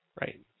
Right